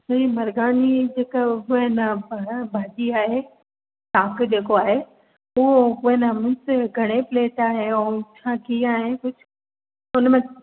त ही मरघानी जेको हू हेन भ भाॼी आहे शाक जेको आहे उहो हेन न मिक्स करे प्लेट आहे उहो छा कीअं आहे कुझु हुनमें